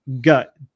gut